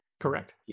Correct